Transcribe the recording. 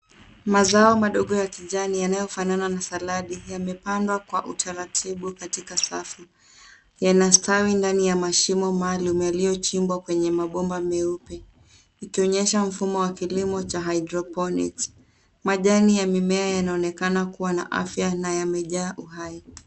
Mazao madogo ya kijani kama nyanya na saladi yamepandwa kwa utaratibu katika safu. Yanastawi ndani ya mashimo maalum yaliyochimbwa kwenye mabomba meupe. Inaonyesha mfumo wa kilimo cha hydroponics . Majani ya mimea yanaonekana kuwa na afya na yamejaa uhai.